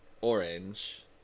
orange